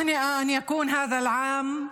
אני רוצה לפנות (נושאת דברים בשפה הערבית,